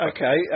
Okay